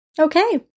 okay